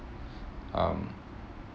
um